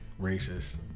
racist